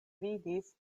vidis